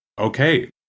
okay